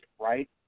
right